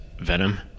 Venom